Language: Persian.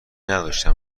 نداشتم